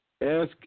ask